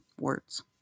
words